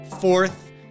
fourth